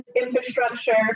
infrastructure